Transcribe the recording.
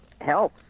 help